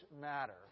matter